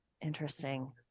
interesting